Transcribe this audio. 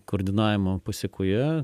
koordinavimo pasekoje